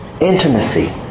Intimacy